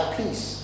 peace